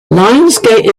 lionsgate